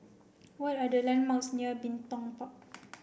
what are the landmarks near Bin Tong Park